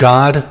God